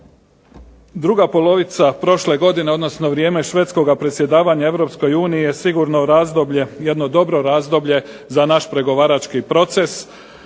Druga polovica prošle godine, odnosno vrijeme švedskoga predsjedavanja Europskoj uniji je sigurno razdoblje, jedno dobro razdoblje za naš pregovarački proces